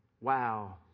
Wow